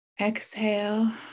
exhale